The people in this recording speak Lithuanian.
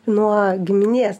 nuo giminės